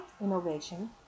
innovation